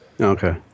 okay